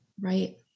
Right